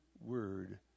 word